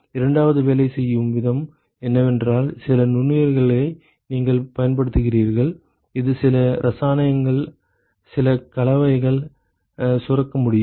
எனவே இரண்டாவது வேலை செய்யும் விதம் என்னவென்றால் சில நுண்ணுயிரிகளை நீங்கள் பயன்படுத்துகிறீர்கள் இது சில இரசாயனங்கள் சில கலவைகள் சுரக்க முடியும்